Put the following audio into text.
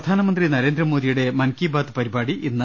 പ്രധാനമന്ത്രി നരേന്ദ്രമോദിയുടെ മൻകിബാത്ത് പരിപാടി ഇന്ന്